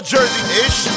Jersey-ish